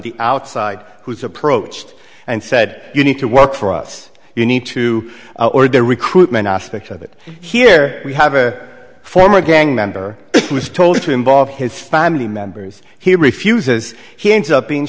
the outside who's approached and said you need to work for us you need to order recruitment aspect of it here we have a former gang member who was told to involve his family members he refuses he ends up being